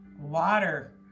water